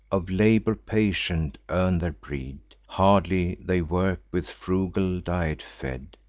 of labor patient, earn their bread hardly they work, with frugal diet fed.